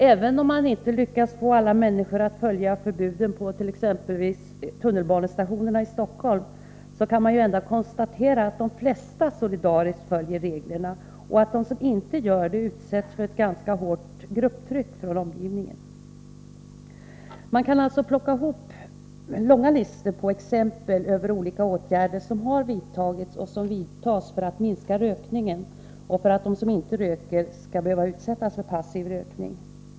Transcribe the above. Även om man inte lyckas få alla människor att följa förbuden, Nr 131 exempelvis på tunnölbanestationerna i Stockholm, kan man konstatera att de Torsdagen den flesta solidariskt följer reglerna. De som inte gör det utsätts för ett ganska 26 april 1984 hårt grupptryck. Man kan alltså upprätta långa listor över exempel på åtgärder som har vidtagits och som vidtas för att minska rökningen och för att de som inte röker inte skall behöva utsättas för passiv rökning.